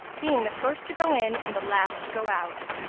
being the first to go in and the last to go out.